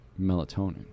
melatonin